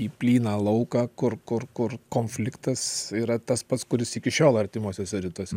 į plyną lauką kur kur kur konfliktas yra tas pats kuris iki šiol artimuosiuose rytuose